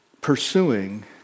pursuing